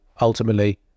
Ultimately